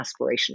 aspirational